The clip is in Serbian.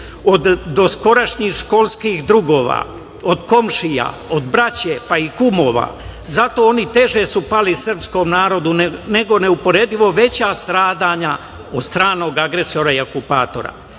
od doskorašnjih školskih drugova, od komšija, od braće, pa i kumova. Zato su oni teže pali srpskom narodu, nego neuporedivo veća stradanja od stranog agresora i okupatora.